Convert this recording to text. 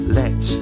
let